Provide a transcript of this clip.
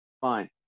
fine